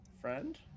Friend